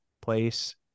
place